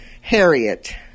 Harriet